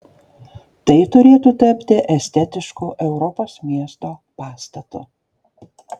tai turėtų tapti estetišku europos miesto pastatu